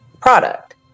product